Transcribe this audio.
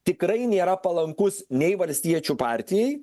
tikrai nėra palankus nei valstiečių partijai